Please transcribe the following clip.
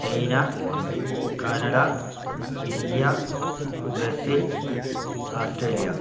China Canada India Brazil Australia